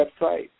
website